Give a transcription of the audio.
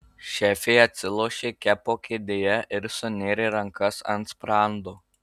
šefė atsilošė kepo kėdėje ir sunėrė rankas ant sprando